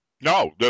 No